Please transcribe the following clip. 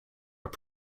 are